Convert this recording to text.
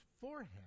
forehead